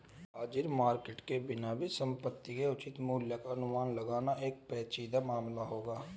हाजिर मार्केट के बिना भी संपत्ति के उचित मूल्य का अनुमान लगाना एक पेचीदा मामला होगा